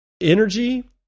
energy